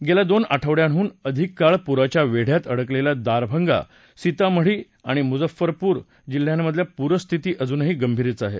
गेल्या दोन आठवड्याहून अधिक काळ पुराच्या वेढ्यात अडकलेल्या दारभंगा सितामढी आणि मुजफ्फरपूर जिल्ह्यांमधली पूरस्थिती अजूनही गंभीरच आहे